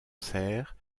serre